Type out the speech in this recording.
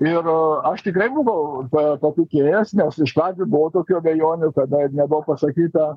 ir aš tikrai buvau pa patikėjęs nes iš pradžių buvo tokių abejonių kada nebuvo pasakyta